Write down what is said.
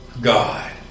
God